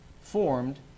formed